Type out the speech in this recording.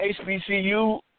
HBCU